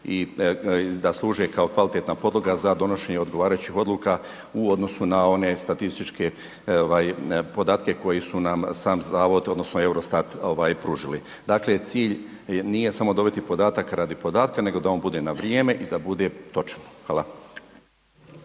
i da služe kao kvalitetna podloga za donošenje odgovarajućih odluka u odnosu na one statističke ovaj podatke koji su nam sam zavod odnosno EUROSTAT ovaj pružili. Dakle, cilj nije samo dobiti podatak radi podatka, nego da on bude na vrijeme i da bude točan. Hvala.